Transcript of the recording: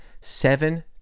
seven